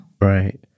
Right